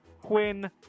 Quinn